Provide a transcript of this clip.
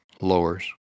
lowers